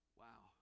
wow